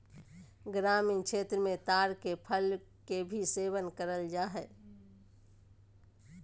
ग्रामीण क्षेत्र मे ताड़ के फल के भी सेवन करल जा हय